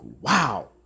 wow